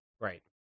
Right